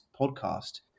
podcast